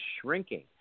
shrinking